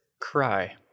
cry